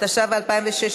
התשע"ו 2016,